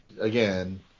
again